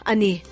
Ani